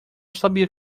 sabia